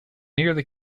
nearly